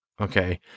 okay